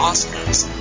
Oscars